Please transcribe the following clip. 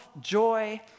joy